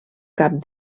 cap